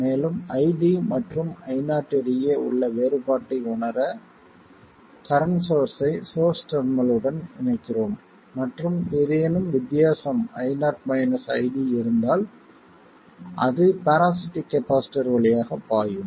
மேலும் ID மற்றும் Io இடையே உள்ள வேறுபாட்டை உணர கரண்ட் சோர்ஸ்ஸை சோர்ஸ் டெர்மினல் உடன் இணைக்கிறோம் மற்றும் ஏதேனும் வித்தியாசம் Io ID இருந்தால் அது பேராசிட்டிக் கப்பாசிட்டர் வழியாக பாயும்